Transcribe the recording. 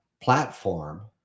platform